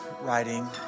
writing